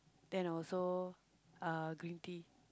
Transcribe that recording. then also uh green tea